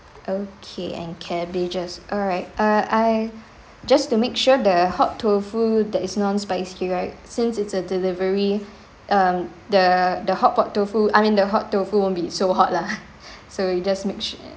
okay and cabbages alright uh I just to make sure the hot tofu that is non-spicy right since it's a delivery um the the hotpot tofu I mean the hot tofu won't be so hot lah so you just make su~